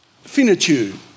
Finitude